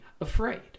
afraid